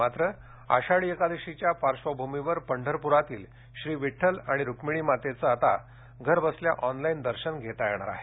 मात्र आषाढी एकादशीच्या पार्श्वभूमीवर पंढरपुरातील श्री विड्ठल आणि रुक्मिणी मातेचं आता घरबसल्या ऑनलाईन दर्शन घेता येणार आहे